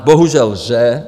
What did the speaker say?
Bohužel lže.